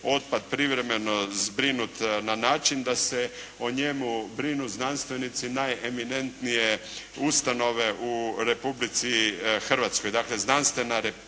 otpad privremeno zbrinut na način da se o njemu brinu znanstvenici najeminentnije ustanove u Republici Hrvatskoj, dakle znanstvena elita